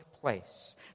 place